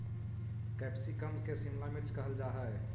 capsicum के शिमला मिर्च कहल जा हइ